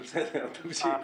זה בסדר, תמשיך.